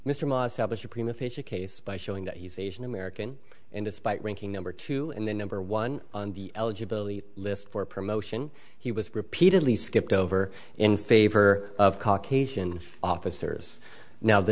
facia case by showing that he's asian american and despite ranking number two and then number one on the eligibility list for promotion he was repeatedly skipped over in favor of caucasian officers now the